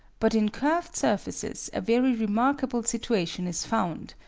but in curved surfaces a very remarkable situation is found.